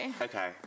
Okay